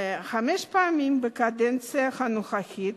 חמש פעמים בקדנציה הנוכחית